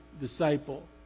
disciple